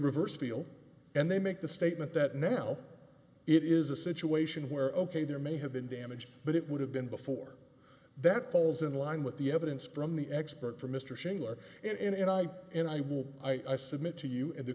reversed feel and they make the statement that now it is a situation where ok there may have been damage but it would have been before that falls in line with the evidence from the expert from mr schindler and i and i will i submit to you and the